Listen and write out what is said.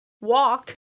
walk